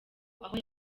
aho